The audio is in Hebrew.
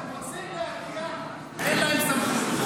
הם רוצים להגיע, אין להם סמכות.